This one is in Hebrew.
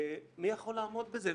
מי יכול לעמוד בזה?